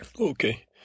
Okay